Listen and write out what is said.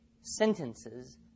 sentences